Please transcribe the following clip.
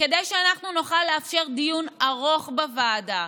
וכדי שנוכל לאפשר דיון ארוך בוועדה,